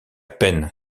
peine